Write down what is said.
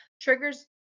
Triggers